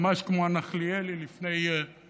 ממש כמו הנחליאלי לפני הסתיו.